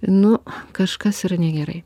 nu kažkas yra negerai